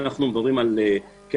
אנחנו מדברים על המשק,